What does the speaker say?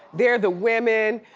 there are the women.